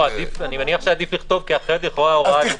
אני מניח שעדיף לכתוב, כי אחרת --- ברור.